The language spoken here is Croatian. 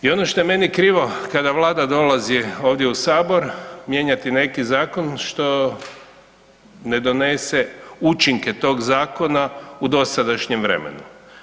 I ono što je meni krivo kada Vlada dolazi ovdje u Sabor mijenjati neki zakon, što ne donese učinke tog Zakona u dosadašnjem vremenu.